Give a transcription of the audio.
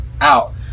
out